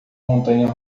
montanha